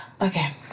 Okay